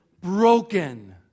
broken